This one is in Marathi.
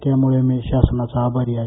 त्यामुळे मी शासनाचा अभारी आहे